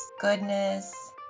goodness